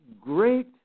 great